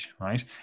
right